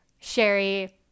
Sherry